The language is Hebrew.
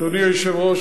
אדוני היושב-ראש,